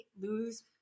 lose